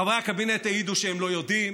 חברי הקבינט העידו שהם לא יודעים,